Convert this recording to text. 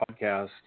podcast